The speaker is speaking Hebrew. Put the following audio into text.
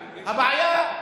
הבעיה,